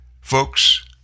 Folks